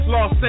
Los